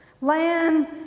Land